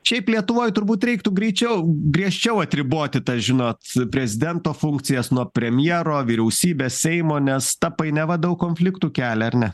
šiaip lietuvoj turbūt reiktų greičiau griežčiau atriboti tą žinot prezidento funkcijas nuo premjero vyriausybės seimo nes ta painiava daug konfliktų kelia ar ne